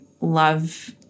love